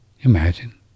Imagine